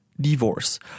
divorce